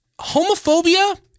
Homophobia